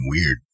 weird